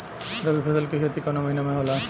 रवि फसल के खेती कवना महीना में होला?